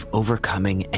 overcoming